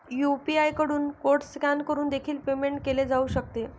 UPI कडून code scan करून देखील पेमेंट केले जाऊ शकते